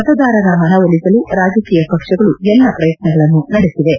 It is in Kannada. ಮತದಾರರ ಮನವೊಲಿಸಲು ರಾಜಕೀಯ ಪಕ್ಷಗಳು ಎಲ್ಲ ಪ್ರಯತ್ನಗಳನ್ನು ನಡೆಸಿವೆ